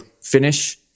finish